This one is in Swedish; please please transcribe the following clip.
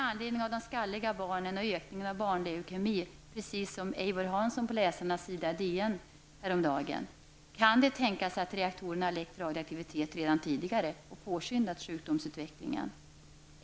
Hansson på läsarnas sida i Dagens Nyheter häromdagen: Kan det tänkas att reaktorerna har läckt radioaktivitet redan tidigare och påskyndat sjukdomsutvecklingen?